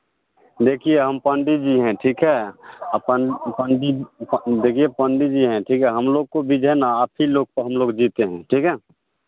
देखिए हम पंडित जी हैं ठीक है आ पं पंडित पंडित देखिए पंडित जी हैं ठीक है हम लोग को भी जो है ना आप ही लोग पे हम लोग जीते हैं ठीक है